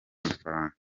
amafaranga